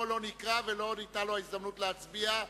לא נקרא ולא ניתנה לו ההזדמנות להצביע?